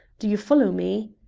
do you follow me?